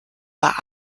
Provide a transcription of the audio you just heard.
war